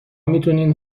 میتونین